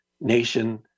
nation